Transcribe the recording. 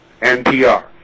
NPR